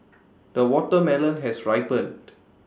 the watermelon has ripened